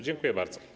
Dziękuję bardzo.